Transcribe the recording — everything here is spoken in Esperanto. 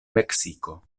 meksiko